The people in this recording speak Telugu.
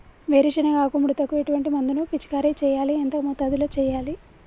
వేరుశెనగ ఆకు ముడతకు ఎటువంటి మందును పిచికారీ చెయ్యాలి? ఎంత మోతాదులో చెయ్యాలి?